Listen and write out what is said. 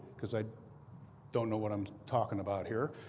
because i don't know what i'm talking about here,